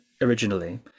originally